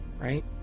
right